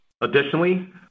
Additionally